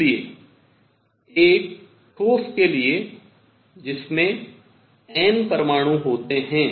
इसलिए एक ठोस के लिए जिसमें N परमाणु होते हैं